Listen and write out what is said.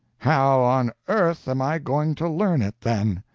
how on earth am i going to learn it, then?